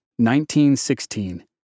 1916